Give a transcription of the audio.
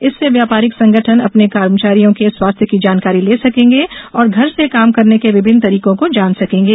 इससे व्यापारिक संगठन अपने कर्मचारियों के स्वास्थ्य की जानकारी ले सकेंगे और घर से काम करने के विभिन्न तरीकों को जान सकेंगे